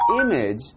image